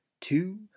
two